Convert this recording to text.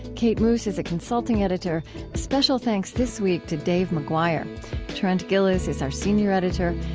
kate moos is a consulting editor special thanks this week to dave mcguire trent gilliss is our senior editor.